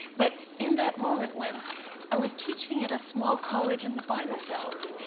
but in that moment when i was teaching at a small college in the bible belt.